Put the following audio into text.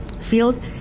field